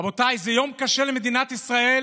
רבותיי, זה יום קשה למדינת ישראל